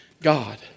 God